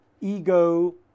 ego